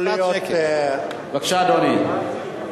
בבקשה, אדוני.